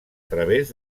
través